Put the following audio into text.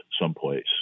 someplace